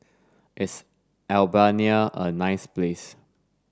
is Albania a nice place